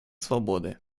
свободы